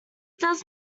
does